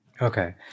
Okay